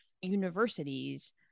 universities